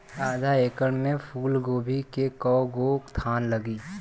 आधा एकड़ में फूलगोभी के कव गो थान लागी?